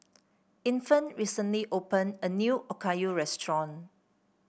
Infant recently opened a new Okayu restaurant